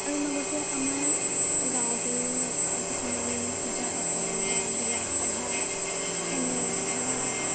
আৰু লগতে আমাৰ গাঁৱতেই কিছুমান পূজা পাতল বা বিয়া সভা এনেধৰণৰ জেগাত